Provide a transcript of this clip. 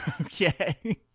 Okay